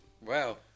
Wow